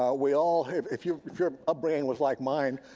ah we all have if your if your upbringing was like mine,